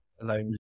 alone